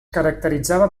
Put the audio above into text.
caracteritzava